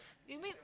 you mean